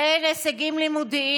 בין הישגים לימודיים,